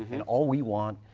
and all we want,